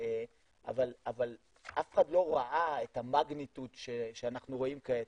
אבל אף אחד לא ראה את המגניטוד שאנחנו רואים כעת.